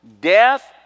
Death